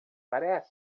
parece